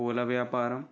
పూల వ్యాపారం